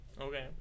Okay